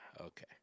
Okay